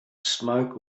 smoke